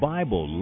Bible